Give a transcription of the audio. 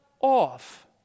off